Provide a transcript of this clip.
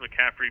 McCaffrey